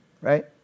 Right